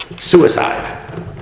Suicide